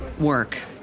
work